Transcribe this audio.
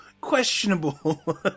questionable